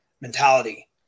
mentality